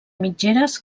mitgeres